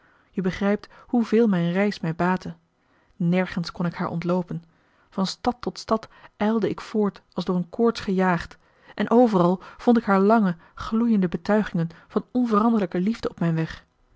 je begrijpt hoeveel mijn reis mij baatte nergens kon ik haar ontloopen van stad tot stad ijlde ik voort als door een koorts gejaagd en overal vond ik haar lange gloeiende betuigingen van onveranderlijke liefde op mijn weg